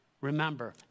Remember